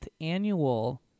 annual